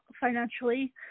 financially